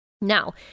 Now